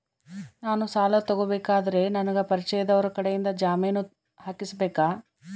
ನಾನು ಸಾಲ ತಗೋಬೇಕಾದರೆ ನನಗ ಪರಿಚಯದವರ ಕಡೆಯಿಂದ ಜಾಮೇನು ಹಾಕಿಸಬೇಕಾ?